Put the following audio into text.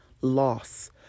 loss